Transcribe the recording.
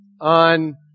on